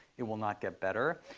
it will not get better.